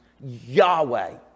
Yahweh